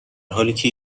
حالیکه